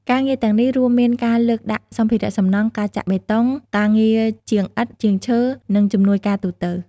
ការងារទាំងនេះរួមមានការលើកដាក់សម្ភារៈសំណង់ ការចាក់បេតុង ការងារជាងឥដ្ឋ ជាងឈើ និងជំនួយការទូទៅ ។